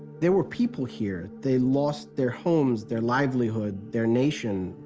there were people here. they lost their homes, their livelihood, their nation,